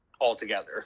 altogether